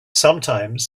sometimes